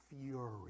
fury